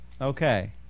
okay